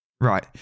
Right